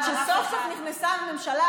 זה המחדל שלכם.